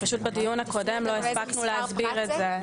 בדיון הקודם לא הספקנו לעבור על זה.